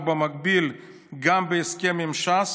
ובמקביל גם בהסכם עם ש"ס,